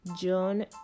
John